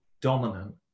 dominant